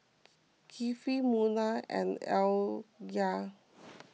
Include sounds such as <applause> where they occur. <noise> Kifli Munah and Alya